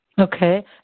Okay